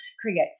creates